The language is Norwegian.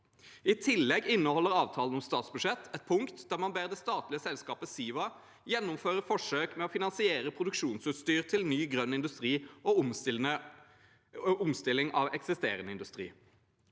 I tillegg inneholder avtalen om statsbudsjettet et punkt der man ber det statlige selskapet Siva gjennomføre forsøk med å finansiere produksjonsutstyr til ny grønn industri og omstilling av eksisterende industri.